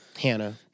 Hannah